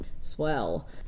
Swell